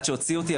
עד שהוציאו אותי,